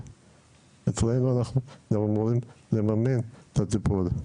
אצלנו אנחנו גם אמורים לממן את הטיפול.